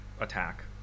attack